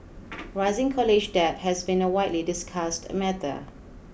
rising college debt has been a widely discussed matter